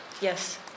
Yes